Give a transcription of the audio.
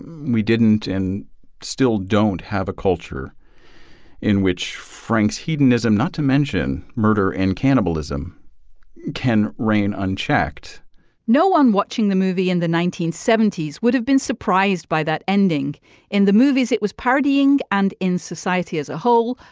we didn't and still don't have a culture in which frank's hedonism not to mention murder and cannibalism can reign unchecked no one watching the movie in the nineteen seventy s would have been surprised by that ending in the movies it was partying and in society as a whole.